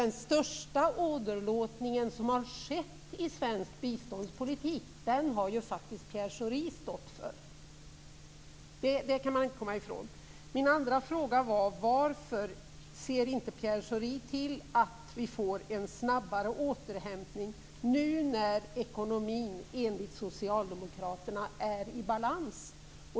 Den största åderlåtning som skett i svensk biståndspolitik har faktiskt Pierre Schori stått för. Det kan man inte komma ifrån. Min andra fråga var: Varför ser inte Pierre Schori till att vi får en snabbare återhämtning nu när ekonomin enligt socialdemokraterna är i balans?